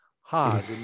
hard